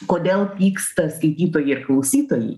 kodėl pyksta skaitytojai ir klausytojai